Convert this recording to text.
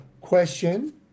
question